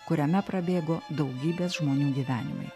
kuriame prabėgo daugybės žmonių gyvenimai